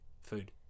food